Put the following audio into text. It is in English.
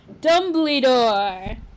Dumbledore